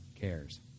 cares